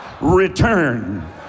return